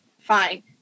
Fine